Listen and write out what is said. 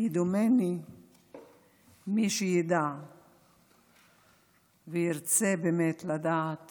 כי דומני שמי שידע וירצה באמת לדעת